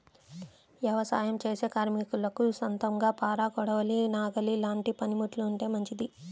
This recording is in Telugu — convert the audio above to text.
యవసాయం చేసే కార్మికులకు సొంతంగా పార, కొడవలి, నాగలి లాంటి పనిముట్లు ఉంటే మంచిది